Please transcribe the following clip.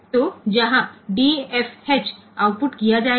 तो जहां DFH output किया जायेगा